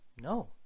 No